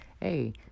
Hey